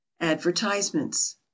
Advertisements